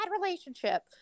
relationship